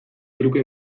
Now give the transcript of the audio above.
truke